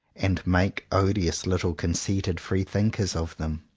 and make odious little conceited free-thinkers of them.